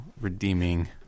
redeeming